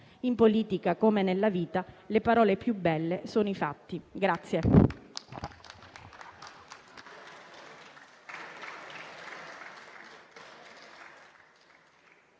In politica, come nella vita, le parole più belle sono i fatti.